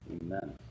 Amen